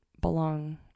belong